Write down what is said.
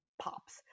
pops